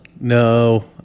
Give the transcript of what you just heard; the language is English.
No